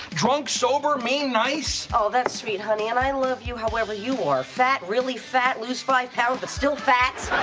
drunk, sober, mean, nice. oh, that's sweet, honey, and i love you however you are. fat, really fat, lose five pounds but still fat.